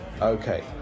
Okay